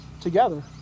together